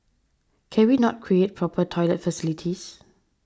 can we not create proper toilet facilities